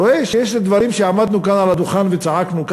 רואה שיש דברים שעמדנו כאן על הדוכן וצעקנו עליהם,